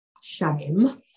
shame